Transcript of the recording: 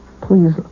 Please